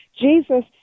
Jesus